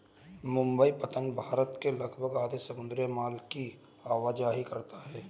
मुंबई पत्तन भारत के लगभग आधे समुद्री माल की आवाजाही करता है